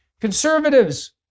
Conservatives